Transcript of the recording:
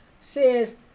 says